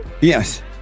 Yes